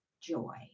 joy